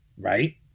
Right